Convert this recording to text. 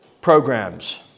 programs